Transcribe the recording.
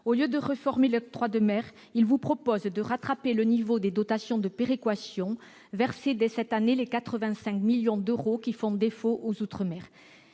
Au lieu de réformer l'octroi de mer, ils vous proposent de rattraper le niveau des dotations de péréquations : versez, dès cette année, les 85 millions d'euros qui font défaut aux outre-mer.